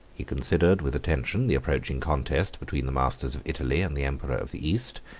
he considered with attention the approaching contest between the masters of italy and the emperor of the east,